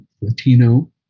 Latino